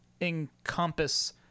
encompass